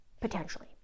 potentially